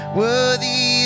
worthy